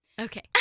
Okay